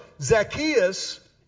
Zacchaeus